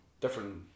different